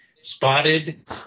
spotted